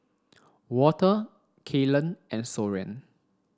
Walter Kaylen and Soren